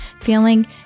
feeling